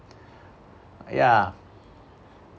ya